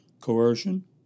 coercion